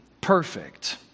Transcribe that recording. perfect